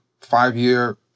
five-year